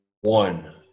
one